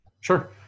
Sure